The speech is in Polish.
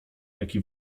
jaki